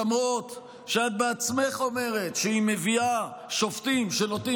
למרות שאת בעצמך אומרת שהיא מביאה שופטים שנותנים